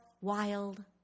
wild